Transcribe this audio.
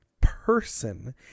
person